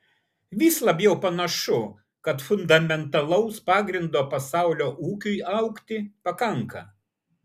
vis labiau panašu kad fundamentalaus pagrindo pasaulio ūkiui augti pakanka